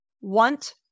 want